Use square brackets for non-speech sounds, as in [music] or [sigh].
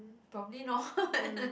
probably not [laughs]